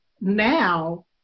Now